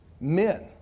men